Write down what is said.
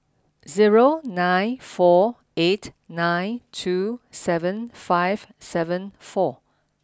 zero nine four eight nine two seven five seven four